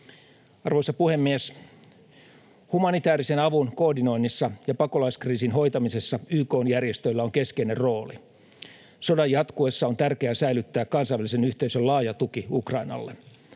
Arvoisa puhemies! Humanitäärisen avun koordinoinnissa ja pakolaiskriisin hoitamisessa YK:n järjestöillä on keskeinen rooli. Sodan jatkuessa on tärkeää säilyttää kansainvälisen yhteisön laaja tuki Ukrainalle.